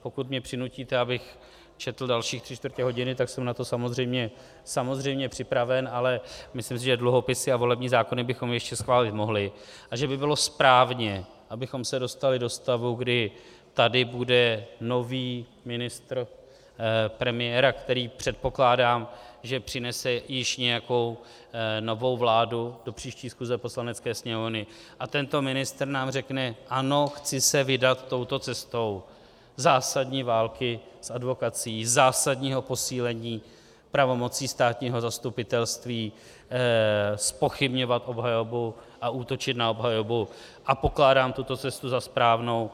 Pokud mě přinutíte, abych četl další tři čtvrtě hodiny, tak jsem na to samozřejmě připraven, ale myslím si, že dluhopisy a volební zákony bychom ještě schválit mohli a že by bylo správné, abychom se dostali do stavu, kdy tady bude nový ministr premiéra, který, předpokládám, přinese již nějakou novou vládu do příští schůze Poslanecké sněmovny, a tento ministr nám řekne: Ano, chci se vydat touto cestou zásadní války s advokacií, zásadního posílení pravomocí státního zastupitelství zpochybňovat obhajobu a útočit na obhajobu a pokládám tuto cestu za správnou.